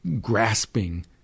grasping